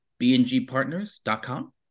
bngpartners.com